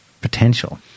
potential